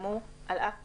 כולל בסימונים בצהוב,